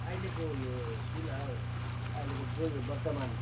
अहिलेको यो फिलहाल अहिलेको जो यो वर्तमान